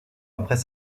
après